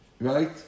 right